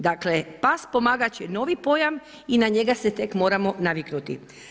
Dakle pas pomagač je novi pojam i na njega se tek moramo naviknuti.